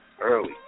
Early